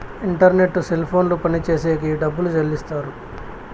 internet cell ఫోన్లు పనిచేసేకి డబ్బులు చెల్లిస్తారు